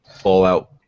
fallout